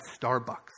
Starbucks